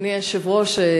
אדוני היושב-ראש,